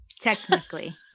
technically